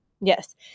Yes